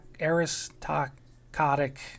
aristocratic